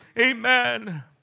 Amen